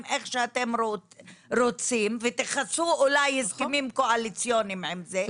איך שאתם רוצים ותכסו אולי הסכמים קואליציוניים עם זה,